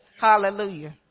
hallelujah